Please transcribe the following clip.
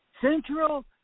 Central